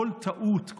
כל טעות,